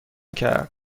کرد